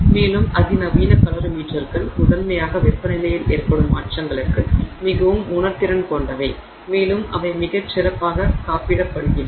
மேலும் அதிநவீன கலோரிமீட்டர்கள் முதன்மையாக வெப்பநிலையில் ஏற்படும் மாற்றங்களுக்கு மிகவும் உணர்திறன் கொண்டவை மேலும் அவை மிகச் சிறப்பாக காப்பிடப்படுகின்றன